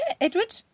Edward